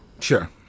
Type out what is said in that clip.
Sure